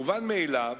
מובן מאליו